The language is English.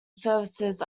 services